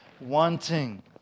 wanting